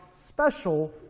special